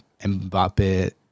Mbappe